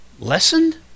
lessened